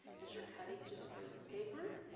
as you're cutting just move your paper.